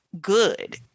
good